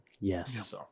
Yes